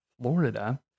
Florida